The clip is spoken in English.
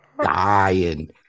dying